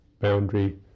boundary